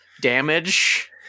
damage